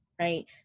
right